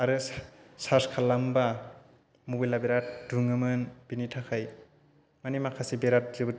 आरो सा सार्च खालामबा मबाइला बिराद दुङोमोन बेनि थाखाय माने माखासे बेराद जोबोद